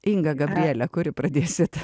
inga gabriele kuri pradėsit